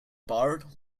barred